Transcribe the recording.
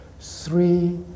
three